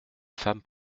femme